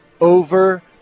over